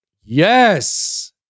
Yes